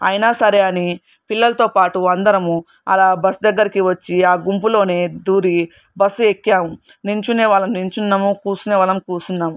అయినా సరే అని పిల్లలతో పాటు అందరము అలా బస్ దగ్గరికి వచ్చి ఆ గుంపులోనే దూరి బస్సు ఎక్కాము నిలుచునే వాళ్ళము నిలుచున్నాము కూర్చునే వాళ్ళము కూర్చున్నాము